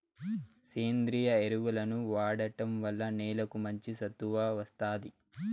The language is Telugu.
సేంద్రీయ ఎరువులను వాడటం వల్ల నేలకు మంచి సత్తువ వస్తాది